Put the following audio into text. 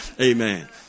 Amen